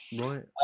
right